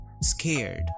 scared